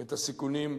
את הסיכונים,